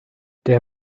der